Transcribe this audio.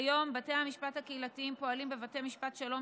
כיום בתי המשפט הקהילתיים פועלים בבתי משפט שלום